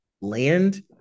land